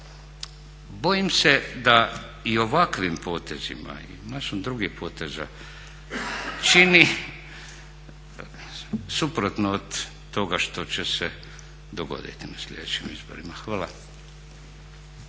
Bojim se da i ovakvim potezima i masom drugim poteza čini suprotno od toga što će se dogoditi na sljedećim izborima. Hvala.